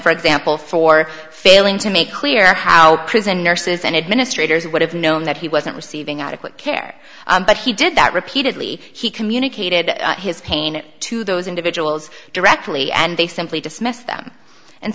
for example for failing to make clear how prison nurses and administrators would have known that he wasn't receiving adequate care but he did that repeatedly he communicated his pain to those individuals directly and they simply dismissed them and